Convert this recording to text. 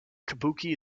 kabuki